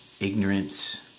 ignorance